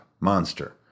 monster